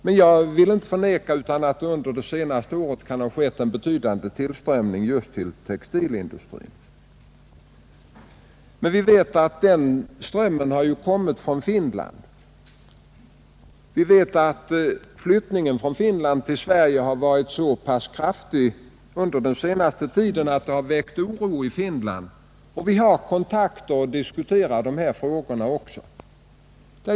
Jag vill emellertid inte förneka att det under det senaste året kan ha förekommit en betydande tillströmning just till textilindustrin. Den strömmen av arbetskraft har kommit från Finland. Flyttningen från Finland till Sverige har under den senaste tiden varit så kraftig att den har väckt oro i Finland. Vi håller emellertid kontakt och diskuterar de frågorna.